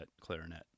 clarinet